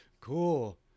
Cool